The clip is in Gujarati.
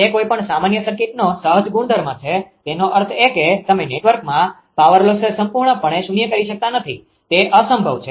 તે કોઈ પણ સામાન્ય સર્કિટનો સહજ ગુણધર્મ છે તેનો અર્થ એ કે તમે નેટવર્કમાં પાવર લોસને સંપૂર્ણપણે શૂન્ય કરી શકતા નથી તે અસંભવ છે